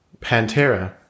Pantera